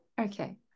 Okay